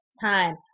time